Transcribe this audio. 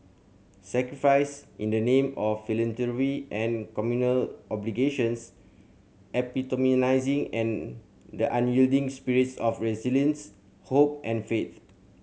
sacrifice in the name of philanthropy and communal obligations epitomising and the unyielding spirits of resilience hope and faith